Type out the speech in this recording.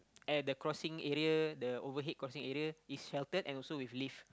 at the crossing area the overhead crossing area it's sheltered and also with lift